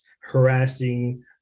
harassing